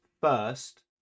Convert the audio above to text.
first